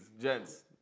gents